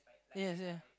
yes ya